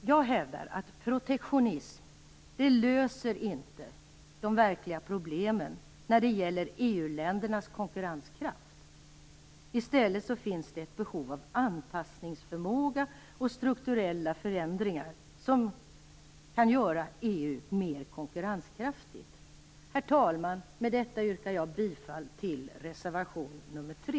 Jag hävdar att protektionism inte löser de verkliga problemen när det gäller EU-ländernas konkurrenskraft. I stället finns det ett behov av anpassningsförmåga och strukturella förändringar som kan göra EU mer konkurrenskraftigt. Herr talman! Med detta yrkar jag bifall till reservation nr 3.